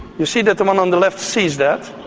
you see that the one on the left sees that,